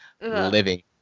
living